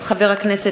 דב חנין,